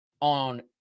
on